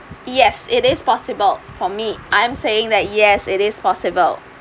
yes it is possible for me I'm saying that yes it is possible